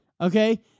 Okay